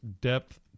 depth